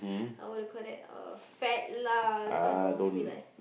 I would've called that uh fat lah so I don't feel like